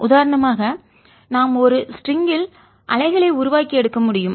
உதாரணமாக நாம் ஒரு ஸ்ட்ரிங்கில் லேசான கயிறுஅலைகளை உருவாக்கி எடுக்க முடியும்